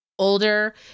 older